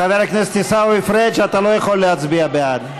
חבר הכנסת עיסאווי פריג', אתה לא יכול להצביע בעד.